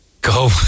Go